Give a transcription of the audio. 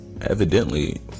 evidently